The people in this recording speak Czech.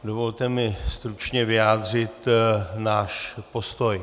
Dovolte mi stručně vyjádřit náš postoj.